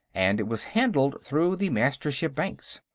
and it was handled through the mastership banks.